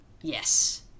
Yes